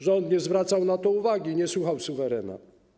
Rząd nie zwracał na to uwagi, nie słuchał suwerena.